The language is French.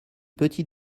petit